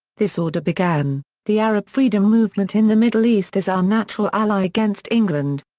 this order began the arab freedom movement in the middle east is our natural ally against england.